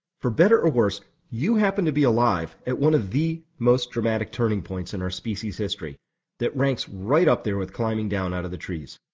for better or worse, you happen to be alive at one of the most dramatic turning points in our species' history that ranks right up there with climbing down out of the trees.